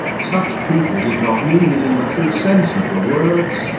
such people did not mean it in the true sense of the words,